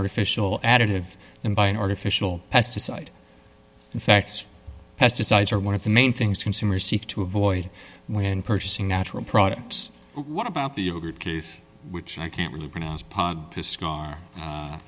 artificial additive than by an artificial pesticide in fact pesticides are one of the main things consumers seek to avoid when purchasing natural products what about the yogurt case which i can't really pronounce